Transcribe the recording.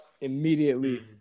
immediately